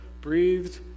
breathed